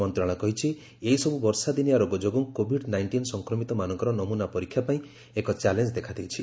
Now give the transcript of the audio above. ମନ୍ତ୍ରଣାଳୟ କହିଛି ଏହିସବୁ ବର୍ଷାଦିନିଆ ରୋଗ ଯୋଗୁଁ କୋବିଡ୍ ନାଇଷ୍ଟିନ୍ ସଂକ୍ରମିତମାନଙ୍କର ନମ୍ରନା ପରୀକ୍ଷା ପାଇଁ ଏକ ଚ୍ୟାଲେଞ୍ଜ ଦେଖାଦେଇଛି